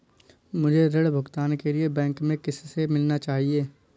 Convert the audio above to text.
मुझे ऋण भुगतान के लिए बैंक में किससे मिलना चाहिए?